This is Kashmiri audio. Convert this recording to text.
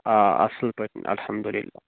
آ اَصٕل پٲٹھۍ الحمدُللہ